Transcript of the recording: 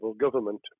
government